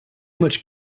much